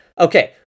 Okay